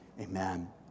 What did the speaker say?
amen